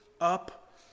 up